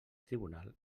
tribunal